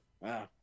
Wow